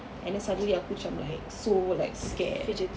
and then suddenly aku macam like so like scared